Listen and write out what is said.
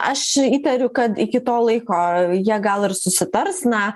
aš įtariu kad iki to laiko jie gal ir susitars na